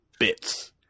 bits